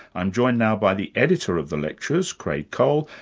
i'm joined now by the editor of the lectures, creagh cole,